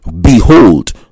behold